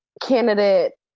candidate